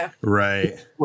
right